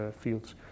fields